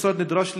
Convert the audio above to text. המשרד נדרש לגבש,